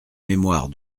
mémoire